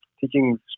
teaching